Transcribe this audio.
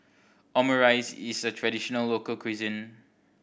omurice is a traditional local cuisine